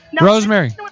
Rosemary